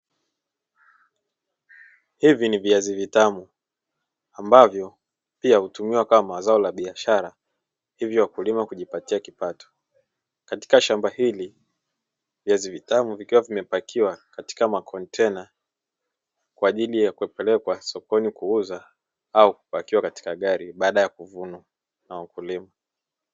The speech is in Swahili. Hivi ni viazi vitamu ambavyo pia hutimiwa kama zao la biashara hivyo wakulima kujipatia kipato, katika shamba hili viazi vitamu vikiwa vimepakiwa katika makotena kwaajili kupelekwa sokoni kuuza au kupakiwa katika gari baada ya kuvunwa na wakulima.